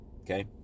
Okay